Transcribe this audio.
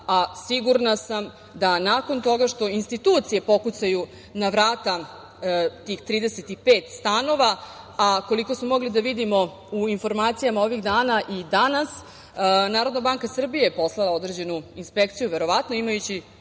sigurna sam da nakon toga što institucije pokucaju na vrata tih 35 stanova, a koliko smo mogli da vidimo u informacijama ovih dana i danas, NBS poslala je određenu inspekciju, verovatno imajući,